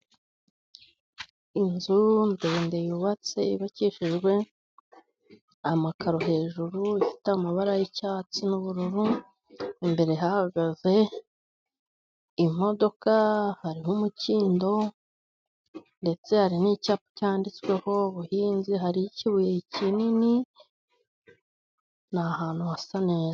Inzu ndende yubatse, yubakishijwe amakaro hejuru, ifite amabara y'icyatsi n'ubururu, imbere hahagaze imodoka, hariho umukindo, ndetse hari n'icyapa cyanditseho "Ubuhinzi", hariho ikibuye kinini, ni ahantu hasa neza.